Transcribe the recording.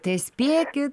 tai spėki